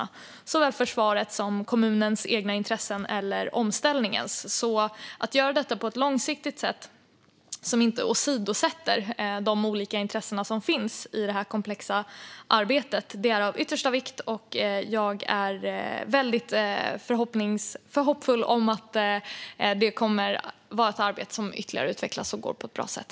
Detta gäller försvarets och kommunens egna intressen såväl som omställningens. Att göra detta på ett långsiktigt sätt som inte åsidosätter de olika intressen som finns i detta komplexa arbete är av yttersta vikt. Jag är väldigt hoppfull om att det kommer att vara ett arbete som ytterligare utvecklas och går på ett bra sätt.